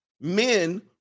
Men